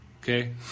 Okay